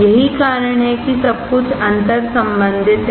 यही कारण है कि सब कुछ अंतर्संबंधित है